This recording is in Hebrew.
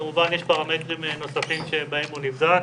כמובן יש פרמטרים נוספים שבהם הוא נבדק,